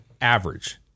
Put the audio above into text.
average